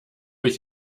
ich